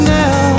now